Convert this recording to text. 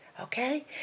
Okay